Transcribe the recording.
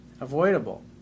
avoidable